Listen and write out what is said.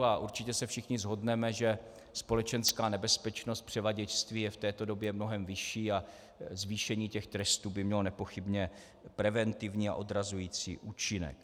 A určitě se všichni shodneme, že společenská nebezpečnost převaděčství je v této době mnohem vyšší a zvýšení trestů by mělo nepochybně preventivní a odrazující účinek.